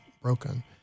broken